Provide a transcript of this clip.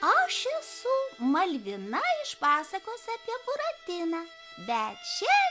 aš esu malvina iš pasakos apie buratiną bet čia